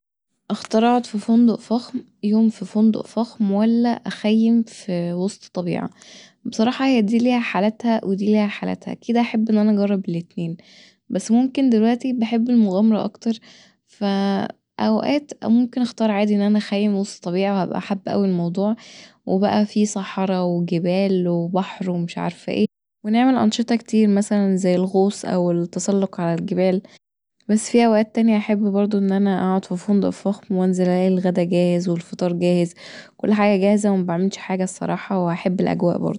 اختارس اقعد في فندق فخم ولا اخيم في وسط الطبيعة، بصراحه دي ليها حالاتها ودي ليها حالاتها أكيد هحب ان انا اجرب الاتنين بس ممكن دلوقتي بحب المغامره أكتر فأوقات عادي ممكن اختار ان انا اخيم وسط الطبيعه هبقي حابه اوي الموضوع وبقي فيه صحرا وجبال وبحر ومش عارفه ايه ونعمل انشطه كتير مثلا زي الغوص أو التسلق علي الجبال بس فيه اوقات تانيه هحب برضو ان انا اقعد في فندق فخم وانزل الاقي الغدا جاهز والفطار جاهز وكل حاجه جاهزه ومبعملش حاجه الصراحه وهحب الأجواء برضو